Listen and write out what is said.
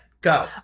go